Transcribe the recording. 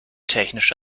technische